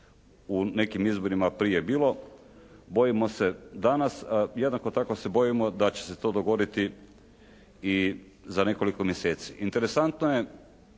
u nekim izborima prije bilo. Bojimo se danas. Jednako tako se bojimo da će se to dogoditi i za nekoliko mjeseci. Interesantno je